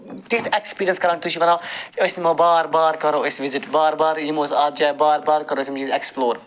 تِتھ ایٚکسپیریَنس کران تُہۍ چھِو ونان أسۍ یمو بار بار کرو أسۍ وِزِٹ بار بار یِمو أسۍ اتھ جایہِ بار بار کرو أسۍ یِم چیٖز ایٚکسپلور